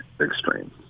extreme